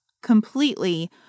completely